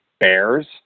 bears